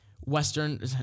Western